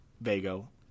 Vago